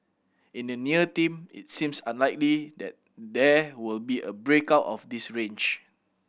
in the near team it seems unlikely that there will be a break out of this range